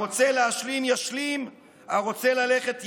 הרוצה להשלים ישלים, הרוצה ללכת ילך,